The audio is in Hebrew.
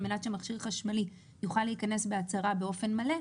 על-מנת שמכשיר חשמלי יוכל להיכנס בהצהרה באופן מלא,